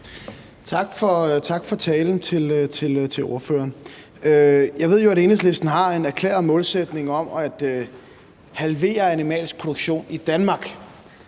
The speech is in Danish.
ordføreren for talen. Jeg ved jo, at Enhedslisten har en erklæret målsætning om at halvere den animalske produktion i Danmark,